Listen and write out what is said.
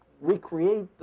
recreate